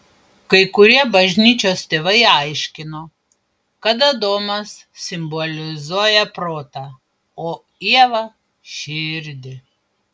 kai kurie bažnyčios tėvai aiškino kad adomas simbolizuoja protą o ieva širdį